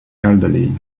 elderly